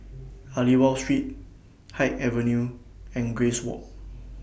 Aliwal Street Haig Avenue and Grace Walk